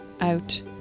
out